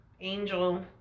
Angel